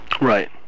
Right